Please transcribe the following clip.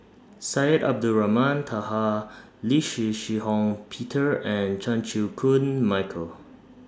Syed Abdulrahman Taha Lee Shih Shiong Peter and Chan Chew Koon Michael